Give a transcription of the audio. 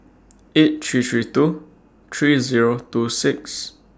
eight three three two three Zero two six